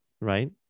Right